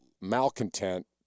malcontent